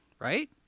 Right